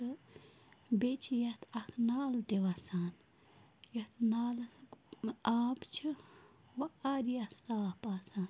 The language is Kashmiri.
تہٕ بیٚیہِ چھِ یَتھ اَکھ نالہٕ تہِ وَسان یَتھ نالَس آب چھِ واریاہ صاف آسان